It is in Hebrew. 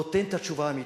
נותן את התשובה האמיתית,